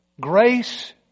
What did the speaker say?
grace